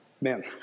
Man